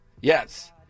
Yes